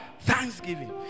Thanksgiving